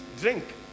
drink